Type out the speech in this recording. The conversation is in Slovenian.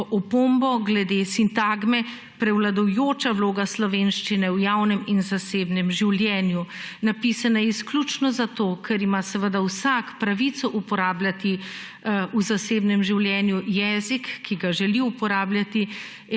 opombo glede sintagme »prevladujoča vloga slovenščine v javnem in zasebnem življenju«. Napisana je izključno zato, ker ima seveda vsak pravico uporabljati v zasebnem življenju jezik, ki ga želi uporabljati